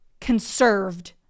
conserved